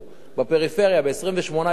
בפריפריה ב-28 יישובים,